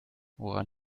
woran